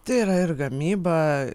tai yra ir gamyba